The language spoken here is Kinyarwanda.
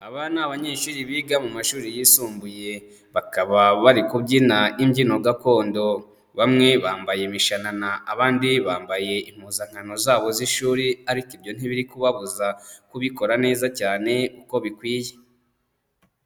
Aba ni abanyeshuri biga mu mashuri yisumbuye, bakaba bari kubyina imbyino gakondo, bamwe bambaye imishanana, abandi bambaye impuzankano zabo z'ishuri ariko ibyo ntibiri kubabuza kubikora neza cyane uko bikwiye.